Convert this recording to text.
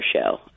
show